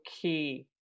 key